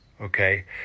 okay